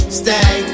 stay